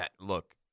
look